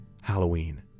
Halloween